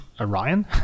Orion